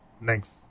next